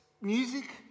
Music